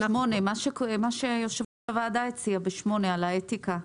מה שיושב ראש הוועדה הציע, בסעיף 8, על האתיקה.